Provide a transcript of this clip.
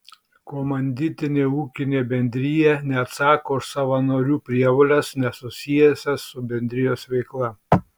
komanditinė ūkinė bendrija neatsako už savo narių prievoles nesusijusias su bendrijos veikla